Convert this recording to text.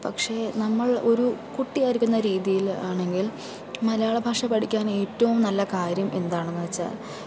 പക്ഷെ നമ്മൾ ഒരു കുട്ടിയായിരിക്കുന്ന രീതിയിൽ ആണെങ്കിൽ മലയാള ഭാഷ പഠിക്കാൻ ഏറ്റവും നല്ല കാര്യം എന്താണെന്ന് വെച്ചാൽ